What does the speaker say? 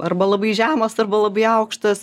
arba labai žemas arba labai aukštas